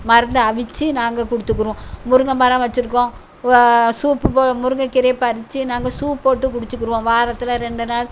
மருந்து அவித்து நாங்கள் கொடுத்துக்குறோம் முருங்கை மரம் வச்சிருக்கோம் சூப்பு போ முருங்கை கீரைய பறித்து நாங்கள் சூப் போட்டு குடிச்சிக்கிருவோம் வாரத்தில் ரெண்டு நாள்